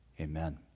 amen